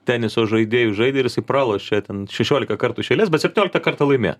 teniso žaidėju žaidė ir jisai pralošė ten šešiolika kartų iš eilės bet septynioliktą kartą laimėjo